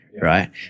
right